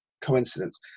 coincidence